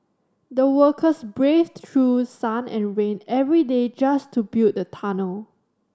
the workers braved through sun and rain every day just to build the tunnel